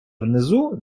внизу